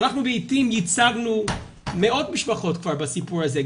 שאנחנו ב"עתים" ייצגנו מאות משפחות כבר בסיפור הזה,